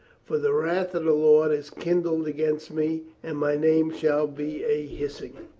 for the wrath of the lord is kindled against me and my name shall be a hissing.